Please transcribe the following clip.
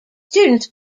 students